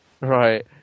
right